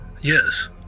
Yes